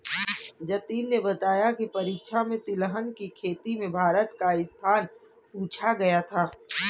जतिन ने बताया की परीक्षा में तिलहन की खेती में भारत का स्थान पूछा गया था